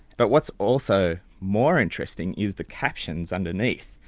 but what's also more interesting is the captions underneath,